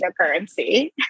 cryptocurrency